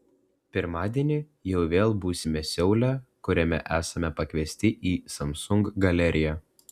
pirmadienį jau vėl būsime seule kuriame esame pakviesti į samsung galeriją